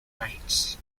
knights